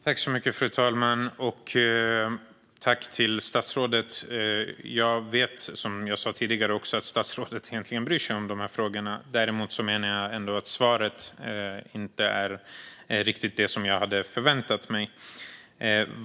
Fru talman! Jag vet, som jag sa tidigare, att statsrådet egentligen bryr sig om dessa frågor. Men jag menar ändå att svaret inte riktigt var det som jag hade förväntat mig.